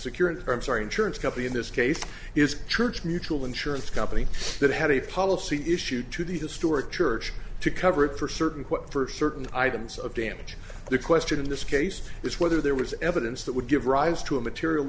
security firms our insurance company in this case is church mutual insurance company that had a policy issued to the historic church to cover it for certain quote for certain items of damage the question in this case is whether there was evidence that would give rise to a material